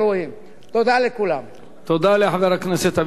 אני אזמין את השר לסכם את הדיון